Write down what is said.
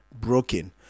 broken